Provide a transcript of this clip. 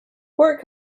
pork